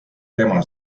tema